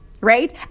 right